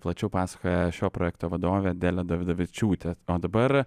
plačiau pasakoja šio projekto vadovė adelė dovydavičiūtė o dabar